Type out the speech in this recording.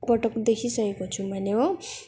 पटक देखिसकेको छु मैले हो